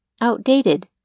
outdated